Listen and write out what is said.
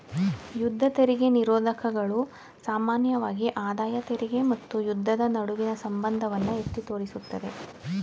ಯುದ್ಧ ತೆರಿಗೆ ನಿರೋಧಕಗಳು ಸಾಮಾನ್ಯವಾಗಿ ಆದಾಯ ತೆರಿಗೆ ಮತ್ತು ಯುದ್ಧದ ನಡುವಿನ ಸಂಬಂಧವನ್ನ ಎತ್ತಿ ತೋರಿಸುತ್ತವೆ